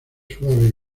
suave